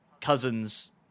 cousins